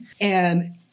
and-